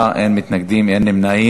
בעד, 10, אין מתנגדים, אין נמנעים.